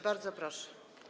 Bardzo proszę.